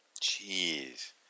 Jeez